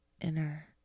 inner